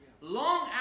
long